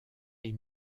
les